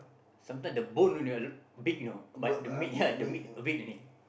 sometimes the bone only ah big you know but the meat ya the meat a bit only